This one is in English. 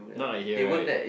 not like here right